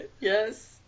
Yes